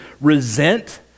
resent